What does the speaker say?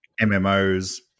MMOs